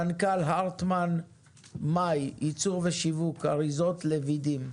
מנכ"ל הרטמן מאי, ייצור ושיווק אריזות לביצים.